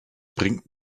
bringt